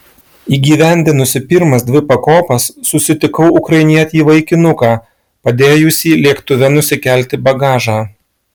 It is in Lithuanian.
įgyvendinusi pirmas dvi pakopas susitikau ukrainietį vaikinuką padėjusį lėktuve nusikelti bagažą